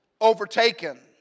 overtaken